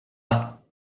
pas